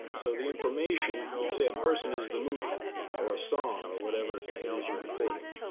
so the information, let's say a person is the movie or a song or whatever it is you're recording,